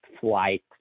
flight